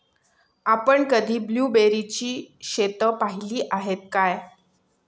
आपण कधी ब्लुबेरीची शेतं पाहीली आहेत काय?